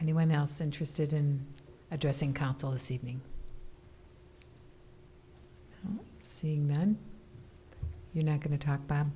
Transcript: anyone else interested in addressing council this evening seeing that you're not going to talk about